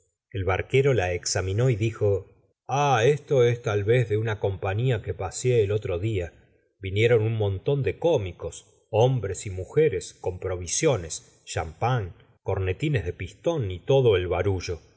el barquero la examinó y dijo ah esto es tal vez de una compaiíia que paseé el otro día vinieron un montón de cómicos hombres y mujeres con provisiones champagne cornetines de pistón y todo el barullo